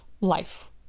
life